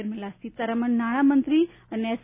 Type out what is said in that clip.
નિર્મલા સીતારમન નાણામંત્રી અને એસ